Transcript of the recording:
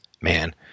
man